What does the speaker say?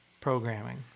programming